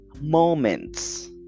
Moments